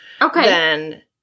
Okay